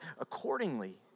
accordingly